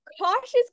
Cautious